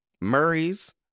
Murray's